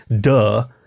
Duh